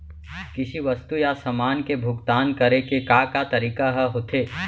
किसी वस्तु या समान के भुगतान करे के का का तरीका ह होथे?